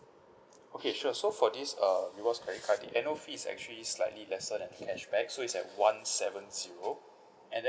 okay sure so for this uh rewards credit card the annual fee is actually slightly lesser than cashback so it's like one seven zero and the~